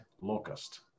locust